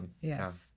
Yes